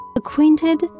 Acquainted